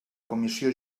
comissió